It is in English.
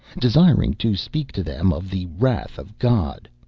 desiring to speak to them of the wrath of god.